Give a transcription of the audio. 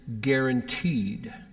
guaranteed